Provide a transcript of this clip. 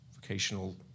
vocational